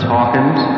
Hawkins